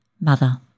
Mother